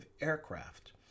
aircraft